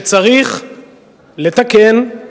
כשצריך לתקן,